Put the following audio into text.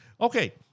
Okay